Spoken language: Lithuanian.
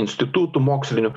institutų mokslinių